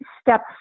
Step